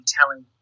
telling